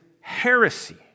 heresy